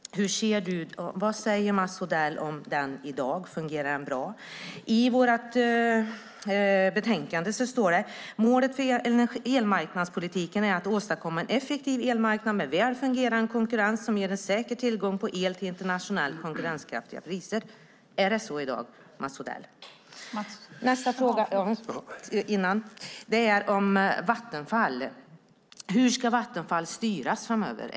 Vad säger Mats Odell om den i dag? Fungerar den bra? I vårt betänkande står det: Målet för elmarknadspolitiken är att åstadkomma en effektiv elmarknad med väl fungerande konkurrens som ger en säker tillgång på el till internationellt konkurrenskraftiga priser. Är det så i dag, Mats Odell? Nästa fråga gäller Vattenfall. Hur ska Vattenfall styras framöver?